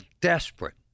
desperate